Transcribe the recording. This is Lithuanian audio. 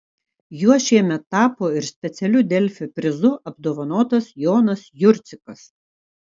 juo šiemet tapo ir specialiu delfi prizu apdovanotas jonas jurcikas